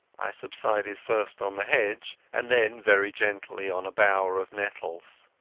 i subsided first on the hedge, and then very gently on a bower of nettles.